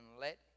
let